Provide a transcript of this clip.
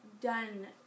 done